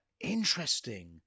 Interesting